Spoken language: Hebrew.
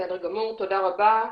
תודה רבה.